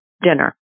dinner